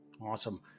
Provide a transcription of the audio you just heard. Awesome